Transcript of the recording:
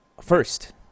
first